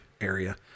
area